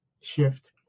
shift